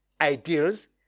ideals